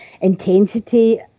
intensity